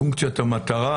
פונקציית המטרה